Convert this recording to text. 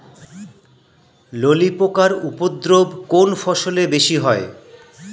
ললি পোকার উপদ্রব কোন ফসলে বেশি হয়?